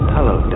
Hello